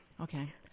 okay